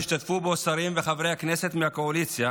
השתתפו בו שרים וחברי כנסת מהקואליציה